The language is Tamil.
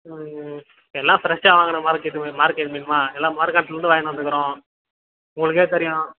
எல்லாம் ஃப்ரெஷ்ஷாக வாங்கி மார்க்கெட்டு மீன் மார்க்கெட் மீனும்மா எல்லாம் மார்க்கெட்லேருந்து வாங்கின்னு வந்துருக்குறோம் உங்களுக்கே தெரியும்